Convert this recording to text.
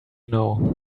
know